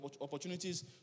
opportunities